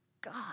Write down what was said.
God